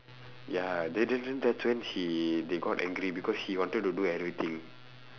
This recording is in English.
ya then then then that's when she they got angry because she wanted to do everything